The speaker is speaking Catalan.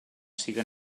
siga